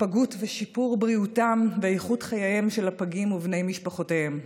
הפגות ושיפור בריאותם ואיכות חייהם של הפגים ובני משפחותיהם.